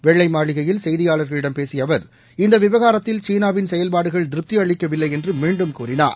வெள்ளைமாளிகையில்செய்தியாளர்களிடம்பேசியஅவர் இந்தவிவகாரத்தில்சீனாவின்செயல்பாடுகள்திருப்திஅளிக்கவில்லைஎன்றுமீண்டும் கூறினார்